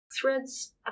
Thread's